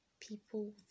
people